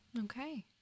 Okay